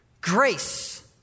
Grace